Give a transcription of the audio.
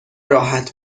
راحت